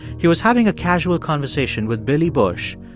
he was having a casual conversation with billy bush,